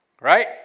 right